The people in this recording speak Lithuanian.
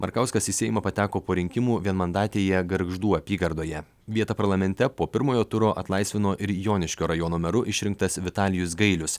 markauskas į seimą pateko po rinkimų vienmandatėje gargždų apygardoje vietą parlamente po pirmojo turo atlaisvino ir joniškio rajono meru išrinktas vitalijus gailius